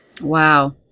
Wow